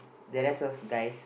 the rest was guys